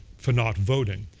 for not voting.